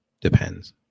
Depends